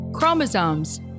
Chromosomes